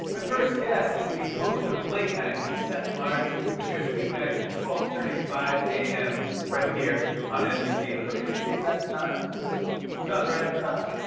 my first guest is the host of late night with seth meyers, which airs weeknights at twelve thirty five a m. right here on nbc. do i need to say that time? because he's on right after us.